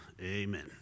Amen